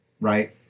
Right